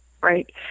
Right